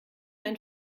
ein